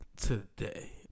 Today